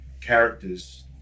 characters